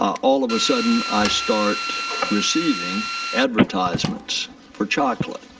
all of a sudden, i start receiving advertisements for chocolate.